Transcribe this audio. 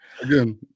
Again